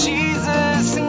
Jesus